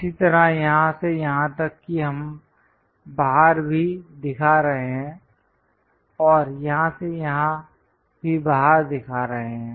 इसी तरह यहाँ से यहाँ तक कि हम बाहर भी दिखा रहे हैं और यहाँ से यहाँ भी बाहर दिखा रहे हैं